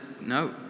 no